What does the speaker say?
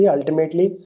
Ultimately